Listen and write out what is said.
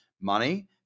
money